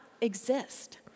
exist